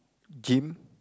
gym